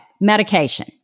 medication